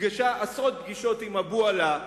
נפגשה עשרות פגישות עם אבו עלא,